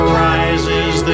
rises